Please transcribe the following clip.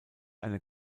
einer